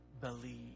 believe